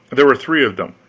there were three of them.